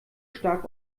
stark